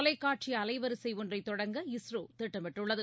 தொலைக்காட்சிஅலைவரிசைஒன்றைதொடங்க இஸ்ரோதிட்டமிட்டுள்ளது